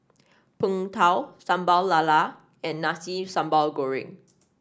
Png Tao Sambal Lala and Nasi Sambal Goreng